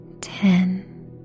Ten